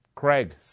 Craig